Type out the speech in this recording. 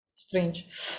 strange